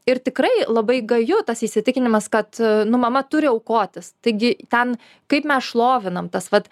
ir tikrai labai gaju tas įsitikinimas kad nu mama turi aukotis taigi ten kaip mes šlovinam tas vat